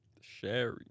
Sherry